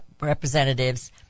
Representatives